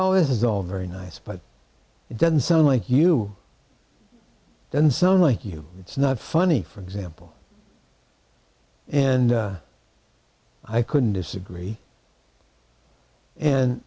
this is all very nice but it doesn't sound like you don't sound like you it's not funny for example and i couldn't disagree and